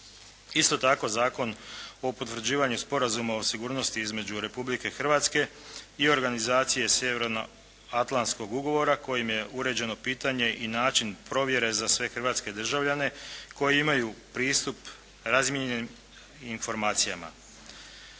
Isto tako Zakon o potvrđivanju Sporazuma između Republike Hrvatske i organizacije sjevernoatlantskog ugovora kojim je uređeno pitanje i način provjere za sve hrvatske državljane koji imaju pristup razmjeni informacijama.